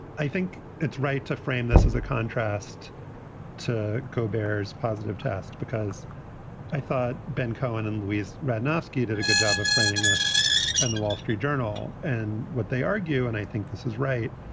i think it's right to frame this as a contrast to go bears positive test because i thought ben cohen and louise radnofsky did a good job of framing this and the wall street journal and what they argue, and i think this is right,